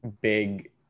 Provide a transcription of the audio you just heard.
big